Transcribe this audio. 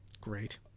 Great